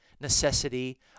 necessity